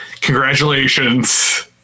congratulations